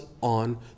on